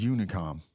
Unicom